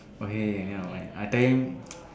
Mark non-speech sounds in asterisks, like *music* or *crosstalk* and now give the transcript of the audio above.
okay never mind I tell him *noise*